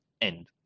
end